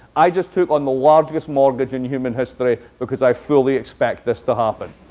i just took on the largest mortgage in human history because i fully expect this to happen.